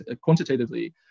quantitatively